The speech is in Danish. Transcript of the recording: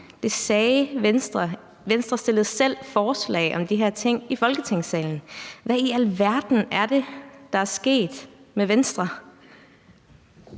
Venstre fremsatte selv forslag om de her ting i Folketingssalen. Hvad i alverden er det, der er sket med Venstre?